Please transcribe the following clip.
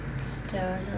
stir